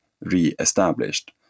re-established